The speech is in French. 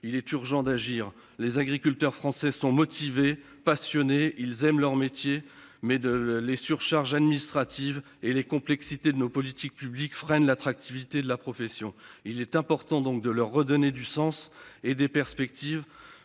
Il est urgent d'agir. Les agriculteurs français sont motivés, passionnés, ils aiment leur métier mais de les surcharge administrative et les complexités de nos politiques publiques freine l'attractivité de la profession. Il est important donc de leur redonner du sens et des perspectives